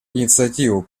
инициативу